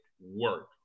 work